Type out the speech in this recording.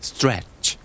Stretch